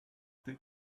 take